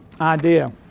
idea